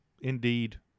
indeed